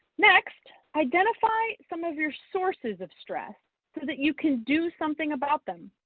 next, identify some of your sources of stress so that you can do something about them.